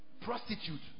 prostitute